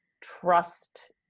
trust